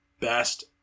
best